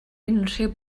unrhyw